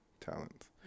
talents